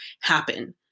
happen